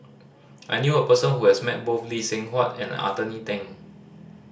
I knew a person who has met both Lee Seng Huat and Anthony Then